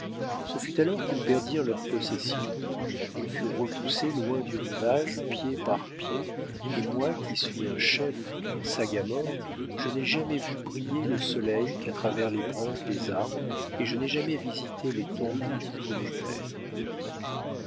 ce fut alors qu'ils perdirent leurs possessions ils furent repoussés loin du rivage pied par pied et moi qui suis un chef et un sagamore je n'ai jamais vu briller le soleil qu'à travers les branches des arbres et je n'ai jamais visité les tombeaux de mes pères